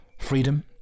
Freedom